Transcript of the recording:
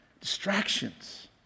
distractions